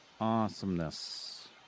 awesomeness